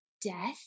death